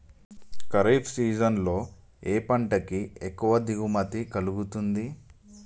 Kharif season లో ఏ పంట కి ఎక్కువ దిగుమతి కలుగుతుంది?